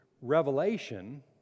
revelation